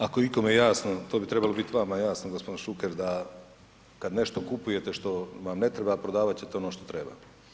Ako je ikome jasno, to bi trebalo biti vama jasno, g. Šuker, da kad nešto kupujete što vam ne treba, prodavat ćete ono što treba.